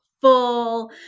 full